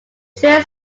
train